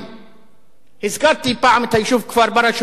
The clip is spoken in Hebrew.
הזכרתי פעם את היישוב כפר-ברא, שהוא יישוב למופת,